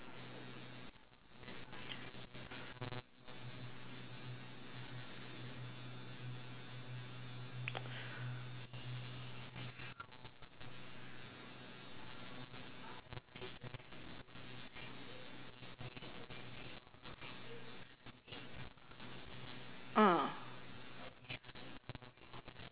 mm